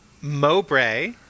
Mowbray